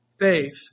Faith